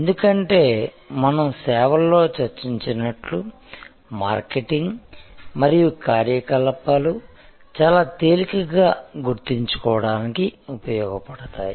ఎందుకంటే మనం సేవల్లో చర్చించినట్లు మార్కెటింగ్ మరియు కార్యకలాపాలు చాలా తేలికగా గుర్తించుకోవడానికి ఉపయోగపడతాయి